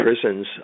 prisons